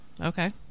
okay